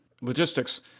Logistics